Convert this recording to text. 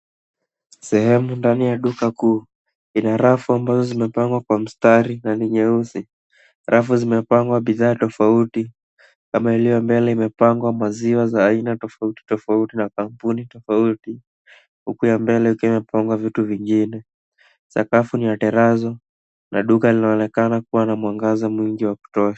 Sehemu ndani ya duka kuu ina rafu ambazo zimepangwa kwa mstari na ni nyeusi. Rafu zimepangwa bidhaa tofouti kama ilio mbele imepangwa maziwa za aina tofouti tofouti na kambuni tofouti tofouti na Ile ya mbele ikiwa imepangwa viti vingine sakafu ni la darasa na duka linaonekana kuwa mwangaza mwingi wa kutosha .